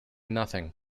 nothing